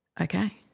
okay